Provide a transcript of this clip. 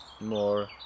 more